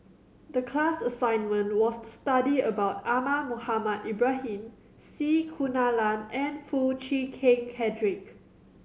the class assignment was to study about Ahmad Mohamed Ibrahim C Kunalan and Foo Chee Keng Cedric